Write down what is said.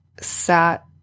sat